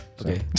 Okay